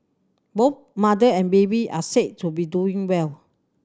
both mother and baby are said to be doing well